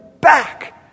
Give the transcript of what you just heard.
back